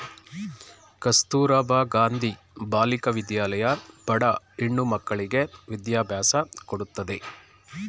ಕಸ್ತೂರಬಾ ಗಾಂಧಿ ಬಾಲಿಕಾ ವಿದ್ಯಾಲಯ ಬಡ ಹೆಣ್ಣ ಮಕ್ಕಳ್ಳಗೆ ವಿದ್ಯಾಭ್ಯಾಸ ಕೊಡತ್ತದೆ